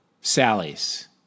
Sally's